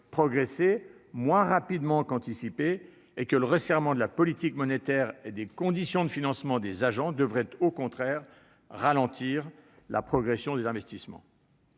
progresser moins rapidement qu'anticipé et que le resserrement de la politique monétaire et des conditions de financement devraient, au contraire, ralentir la progression des investissements.